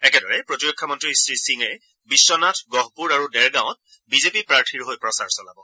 একেদৰে প্ৰতিৰক্ষা মন্ত্ৰী শ্ৰীসিঙে বিশ্বনাথ গহপুৰ আৰু দেৰগাঁৱত বিজেপি প্ৰাৰ্থীৰ হৈ প্ৰচাৰ চলাব